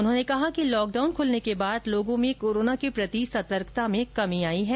उन्होंने कहा कि लॉकडाउन खुलने के बाद लोगों में कोरोना के प्रति सतर्कता में कमी आई है